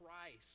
Christ